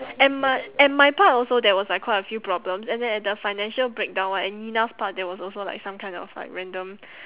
and my and my part also there was like quite a few problems and then at the financial breakdown [one] and nina's part there was also like kind of like random